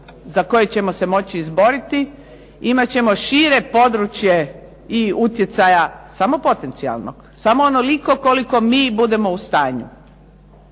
za koje ćemo se moći izboriti, imat ćemo šire područje i utjecaja, samo potencijalnog, samo onoliko koliko mi budemo u stanju,